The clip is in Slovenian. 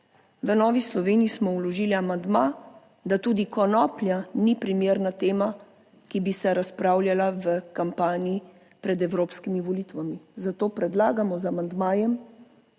V Novi Sloveniji smo vložili amandma, da tudi konoplja ni primerna tema, ki bi se razpravljala v kampanji pred evropskimi volitvami, zato predlagamo z amandmajem,